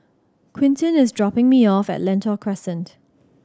Quintin is dropping me off at Lentor Crescent